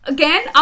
Again